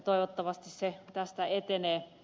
toivottavasti se tästä etenee